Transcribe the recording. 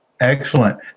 Excellent